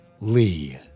Lee